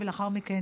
ולאחר מכן,